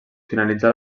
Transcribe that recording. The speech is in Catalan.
finalitzar